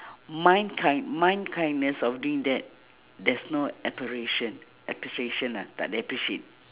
mine kind~ mine kindness of doing that there's no appreciation lah takde appreciate